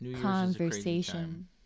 conversation